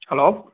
hello